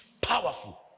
powerful